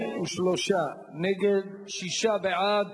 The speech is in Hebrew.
33 נגד, שישה בעד.